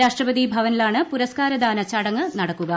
രാഷ്ട്രപതി ഭവനിലാണ് പുരസ്കാരദാന ചടങ്ങ് നടക്കുക